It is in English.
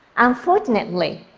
unfortunately,